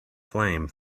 flame